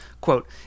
quote